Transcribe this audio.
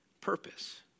purpose